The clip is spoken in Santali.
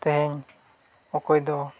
ᱛᱮᱦᱮᱧ ᱚᱠᱚᱭᱫᱚ